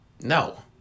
No